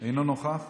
אינו נוכח,